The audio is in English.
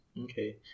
Okay